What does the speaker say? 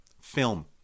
Film